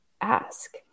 ask